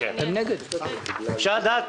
אפשר לדעת,